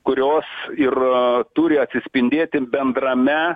kurios ir turi atsispindėti bendrame